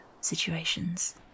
situations